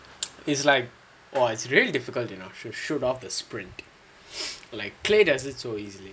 is like !wah! it's really difficult you know shoot shoot off the sprint like clay does it so easily